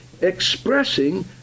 expressing